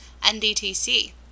NDTC